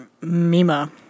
Mima